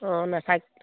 অঁ নাথাক